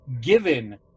given